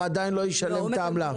הוא עדיין לא ישלם את העמלה.